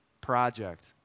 project